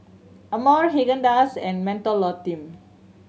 Amore Haagen Dazs and Mentholatum